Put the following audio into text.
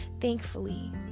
Thankfully